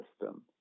system